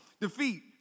defeat